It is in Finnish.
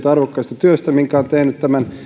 arvokkaasta työstä minkä on tehnyt tämän